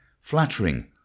flattering